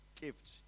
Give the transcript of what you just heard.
gift